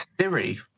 Siri